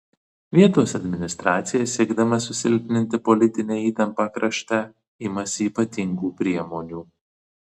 vietos administracija siekdama susilpninti politinę įtampą krašte imasi ypatingų priemonių